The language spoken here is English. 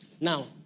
Now